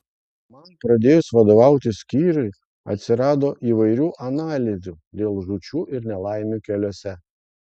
man pradėjus vadovauti skyriui atsirado įvairių analizių dėl žūčių ir nelaimių keliuose